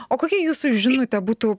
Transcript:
o kokia jūsų žinutė būtų